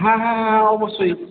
হ্যাঁ হ্যাঁ হ্যাঁ অবশ্যই